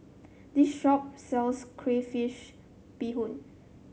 this shop sells Crayfish Beehoon